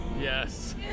Yes